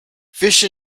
fish